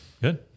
Good